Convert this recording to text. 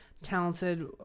Talented